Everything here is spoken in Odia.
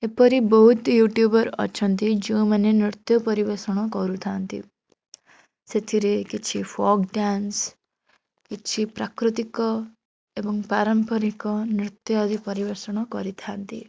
ଏପରି ବହୁତ ୟୁଟ୍ୟୁବର୍ ଅଛନ୍ତି ଯୋଉମାନେ ନୃତ୍ୟ ପରିବେଷଣ କରୁଥାନ୍ତି ସେଥିରେ କିଛି ଫୋଲ୍କ ଡ୍ୟାନ୍ସ୍ କିଛି ପ୍ରାକୃତିକ ଏବଂ ପାରମ୍ପାରିକ ନୃତ୍ୟ ଆଦି ପରିବେଷଣ କରିଥାନ୍ତି